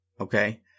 okay